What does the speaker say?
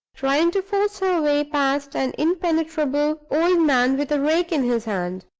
trying to force her way past an impenetrable old man, with a rake in his hand,